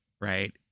right